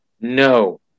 No